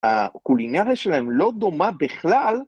‫הקולינריה שלהם לא דומה בכלל.